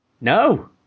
No